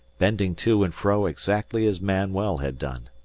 bending to and fro exactly as manuel had done.